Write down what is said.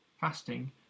fasting